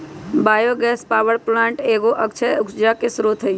bio gas power plant एगो अक्षय ऊर्जा के स्रोत हइ